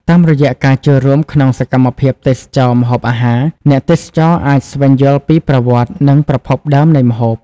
តាមរយៈការចូលរួមក្នុងសកម្មភាពទេសចរណ៍ម្ហូបអាហារ អ្នកទេសចរអាច ស្វែងយល់ពីប្រវត្តិ និងប្រភពដើមនៃម្ហូប ។